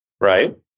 Right